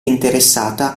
interessata